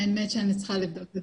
האמת היא שאני צריכים לבדוק.